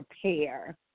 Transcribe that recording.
prepare